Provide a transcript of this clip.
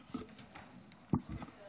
התפרצות קדחת הנילוס המערבי.